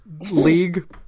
league